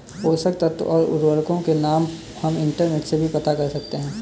पोषक तत्व और उर्वरकों के नाम हम इंटरनेट से भी पता कर सकते हैं